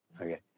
Okay